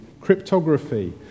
cryptography